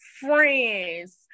friends